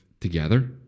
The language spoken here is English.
together